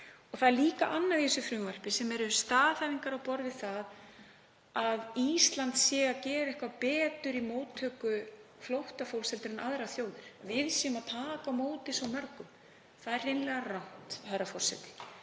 hingað leita. Annað í þessu frumvarpi eru staðhæfingar á borð við þær að Ísland sé að gera eitthvað betur í móttöku flóttafólks en aðrar þjóðir, við séum að taka á móti svo mörgum. Það er hreinlega rangt, herra forseti.